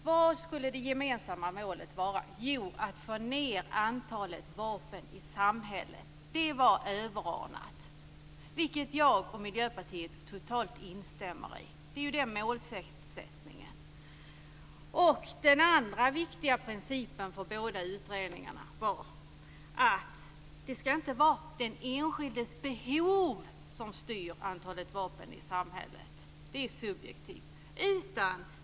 Vad skulle det gemensamma målet vara? Jo, att få ned antalet vapen i samhället. Det var överordnat, och det instämmer jag och Miljöpartiet i totalt. Det är målsättningen. Den andra viktiga principen för båda utredningarna var att det inte ska vara den enskildes behov som styr antalet vapen i samhället. Det är subjektivt.